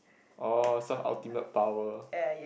oh some ultimate power